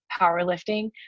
powerlifting